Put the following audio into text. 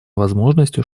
возможностью